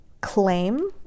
claim